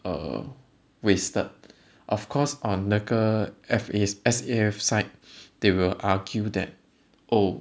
uh wasted of course on 那个 F A~ S_A_F site they will argue that oh